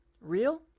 real